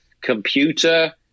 computer